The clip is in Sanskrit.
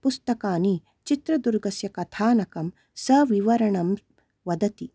पुस्तकानि चित्रदुर्गस्य कथानकं सविवरणं वदति